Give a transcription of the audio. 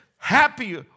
happy